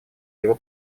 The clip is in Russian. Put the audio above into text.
его